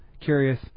curious